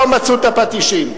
לא מצאו את הפטישים.